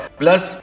plus